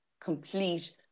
complete